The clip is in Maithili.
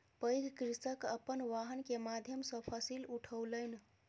पैघ कृषक अपन वाहन के माध्यम सॅ फसिल पठौलैन